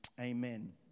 amen